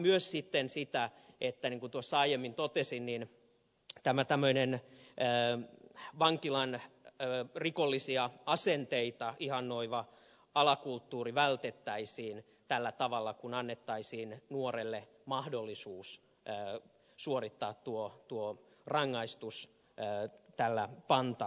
myös sitten niin kun tuossa aiemmin totesin tämmöinen vankilan rikollisia asenteita ihannoiva alakulttuuri vältettäisiin tällä tavalla kun annettaisiin nuorelle mahdollisuus suorittaa tuo rangaistus tällä pantarangaistuksella